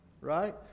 Right